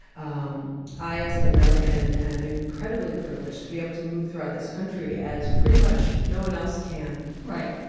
um i as an american am incredibly privileged to be able to move throughout this country as pretty much no one else can right.